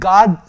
God